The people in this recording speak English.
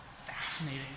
fascinating